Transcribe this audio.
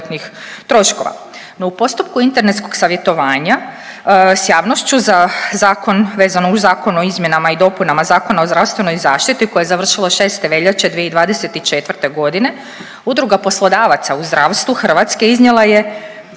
u postupku internetskog savjetovanja s javnošću za zakon vezano uz Zakon o izmjenama i dopunama Zakona o zdravstvenoj zaštiti koje je završilo 6. veljače 2024. godine, Udruga poslodavaca u zdravstvu Hrvatske iznijela je